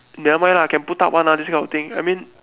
never mind lah can put up one ah this kind of thing I mean